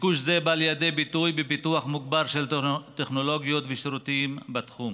ביקוש זה בא לידי ביטוי בפיתוח מוגבר של טכנולוגיות ושירותים בתחום.